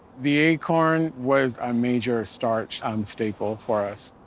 the acorn was a major starch um staple for us.